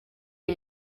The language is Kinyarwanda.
iyi